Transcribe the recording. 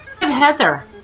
Heather